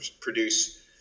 produce